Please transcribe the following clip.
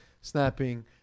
snapping